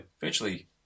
virtually